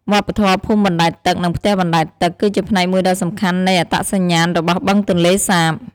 វប្បធម៌ភូមិបណ្ដែតទឹក និងផ្ទះបណ្ដែតទឹក គឺជាផ្នែកមួយដ៏សំខាន់នៃអត្តសញ្ញាណរបស់បឹងទន្លេសាប។